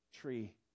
tree